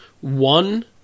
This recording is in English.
one